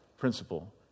Principle